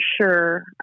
sure